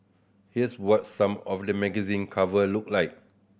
here's what some of the magazine cover looked like